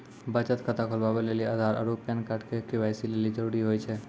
बचत खाता खोलबाबै लेली आधार आरू पैन कार्ड के.वाइ.सी लेली जरूरी होय छै